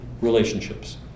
relationships